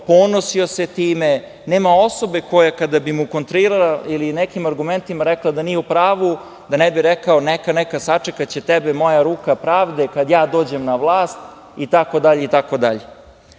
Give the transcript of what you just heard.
ponosio se time, nema osobe koja kada bi mu kontrirala ili nekim argumentima rekla da nije u pravu da ne bi rekao - neka, neka, sačekaće tebe moja ruka pravde kada ja dođem na vlast, itd. Onda, govori o tome